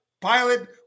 pilot